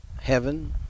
heaven